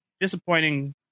disappointing